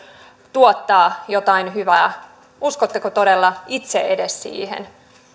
tuottavat jotain hyvää uskotteko todella edes itse siihen